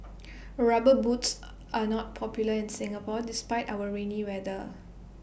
rubber boots are not popular in Singapore despite our rainy weather